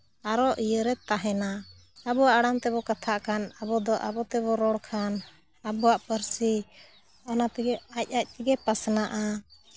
ᱟᱨ ᱤᱭᱟᱹᱨᱮ ᱛᱟᱦᱮᱱᱟ ᱟᱵᱚᱣᱟᱜ ᱟᱲᱟᱝ ᱛᱮᱵᱚᱱ ᱠᱟᱛᱷᱟᱜ ᱠᱷᱟᱱ ᱟᱵᱚ ᱫᱚ ᱟᱵᱚ ᱛᱮᱵᱚᱱ ᱨᱚᱲ ᱠᱷᱟᱱ ᱟᱵᱚᱣᱟᱜ ᱯᱟᱹᱨᱥᱤ ᱚᱱᱟ ᱛᱮᱜᱮ ᱟᱡ ᱟᱡ ᱛᱮᱜᱮ ᱯᱟᱥᱱᱟᱜᱼᱟ